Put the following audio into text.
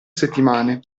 settimane